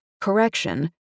correction